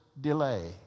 delay